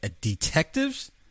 Detectives